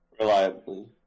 reliably